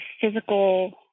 physical